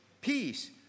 peace